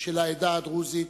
של העדה הדרוזית